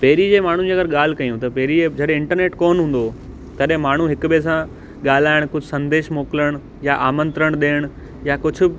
पहिरीं जे माण्हुनि जी अगरि ॻाल्हि कयूं त पहिरीं अप जॾहिं इंटरनेट कोन हूंदो हुओ तॾहिं माण्हू हिक ॿिए सां ॻालाइण कुझु संदेश मोकिलिण या आमंत्रण ॾियण या कुझु